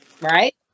Right